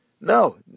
No